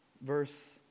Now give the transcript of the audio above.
verse